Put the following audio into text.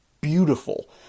beautiful